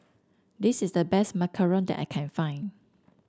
this is the best Macaron that I can find